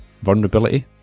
vulnerability